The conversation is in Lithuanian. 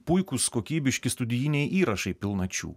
puikūs kokybiški studijiniai įrašai pilnačių